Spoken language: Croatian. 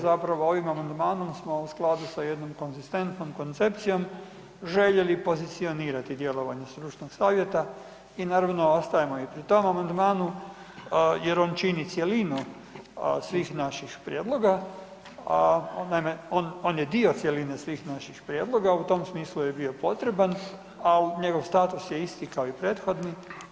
Zapravo ovim amandmanom smo u skladu sa jednom konzistentnom koncepcijom željeli pozicionirati djelovanje stručnog savjeta i naravno ostajemo i pri tom amandmanu jer on čini cjelinu svih naših prijedloga, on je dio cjeline svih naših prijedloga u tom smislu je bio potreban, a njegov status je isti kao i prethodni.